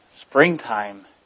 springtime